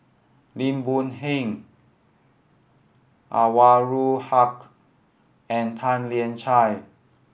Lim Boon Heng Anwarul Haque and Tan Lian Chye